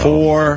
Four